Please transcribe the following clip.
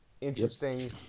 Interesting